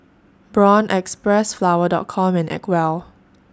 Braun Xpressflower Dot Com and Acwell